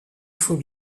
faut